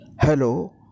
Hello